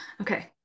Okay